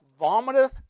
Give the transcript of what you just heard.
vomiteth